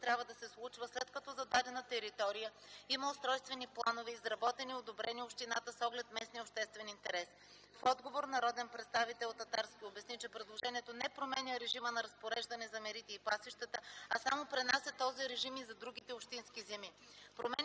трябва да се случва след като за дадена територия има устройствени планове, изработени и одобрени от общината с оглед местния обществен интерес. В отговор, народния представител Татарски обясни, че предложението не променя режима на разпореждане за мерите и пасищата, а само пренася този режим и за другите общински земи.